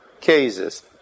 cases